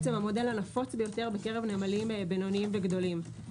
המודל הנפוץ ביותר בקרב נמלים בינוניים וגדולים.